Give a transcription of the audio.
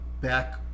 back